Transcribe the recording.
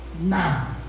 Now